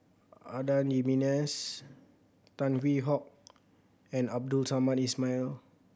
Adan Jimenez Tan Hwee Hock and Abdul Samad Ismail